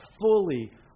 fully